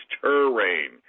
terrain